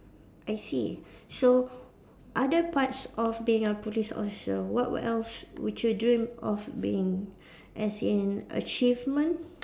I see so other parts of being a police officer what else would you dream of being as in achievement